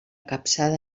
capçada